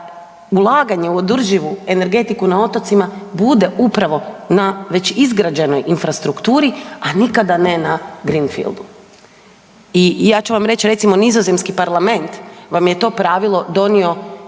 ulaganje u održivu energetiku na otocima bude upravo na već izgrađenoj infrastrukturi, a nikada ne na greenfieldu. I ja ću vam reći, recimo, nizozemski parlament vam je to pravilo donio